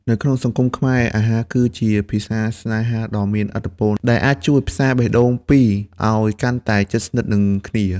នៅក្នុងសង្គមខ្មែរ អាហារគឺជាភាសាស្នេហាដ៏មានឥទ្ធិពល ដែលអាចជួយផ្សារភ្ជាប់បេះដូងពីរឱ្យកាន់តែជិតស្និទ្ធនឹងគ្នា។